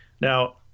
Now